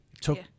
took